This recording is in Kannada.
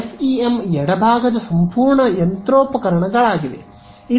ಎಫ್ಇಎಂ ಎಡಭಾಗದ ಸಂಪೂರ್ಣ ಯಂತ್ರೋಪಕರಣಗಳಾಗಿವೆ